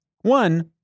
one